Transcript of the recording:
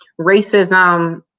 racism